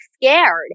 scared